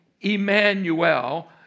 Emmanuel